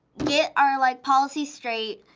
get our like policies straight,